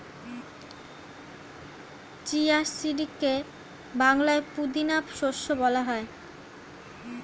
chia সিডকে বাংলায় পুদিনা শস্য বলা হয়